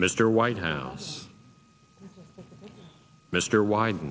mr white house mr wyde